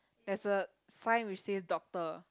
there's a sign which says doctor